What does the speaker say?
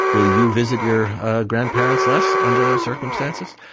will you visit your grandparents less under those circumstances?